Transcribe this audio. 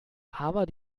aber